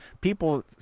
people